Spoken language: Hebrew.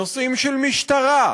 נושאים של משטרה,